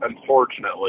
unfortunately